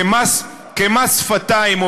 כמס שפתיים,